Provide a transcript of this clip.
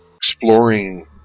Exploring